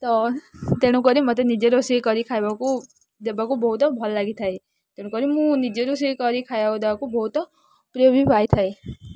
ତ ତେଣୁକରି ମୋତେ ନିଜେ ରୋଷେଇ କରି ଖାଇବାକୁ ଦେବାକୁ ବହୁତ ଭଲ ଲାଗିଥାଏ ତେଣୁକରି ମୁଁ ନିଜେ ରୋଷେଇ କରି ଖାଇବାକୁ ଦେବାକୁ ବହୁତ ପ୍ରିୟ ବି ପାଇଥାଏ